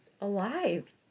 alive